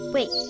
Wait